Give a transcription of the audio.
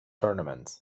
tournaments